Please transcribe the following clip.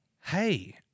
hey